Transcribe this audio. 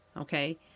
Okay